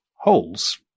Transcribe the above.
holes